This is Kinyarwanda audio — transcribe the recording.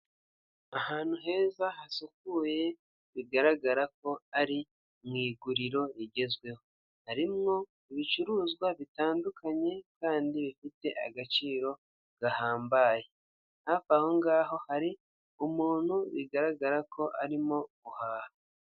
Inyubako nziza cyane bigaragara ko ari iz'ubucuruzi hafi y'aho hari ubusitani bwiganjemo imikindo idufasha kuyungurura umwuka duhumeka, hafi aho hari imodoka zihagaze ahantu habugenewe.